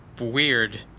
weird